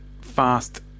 fast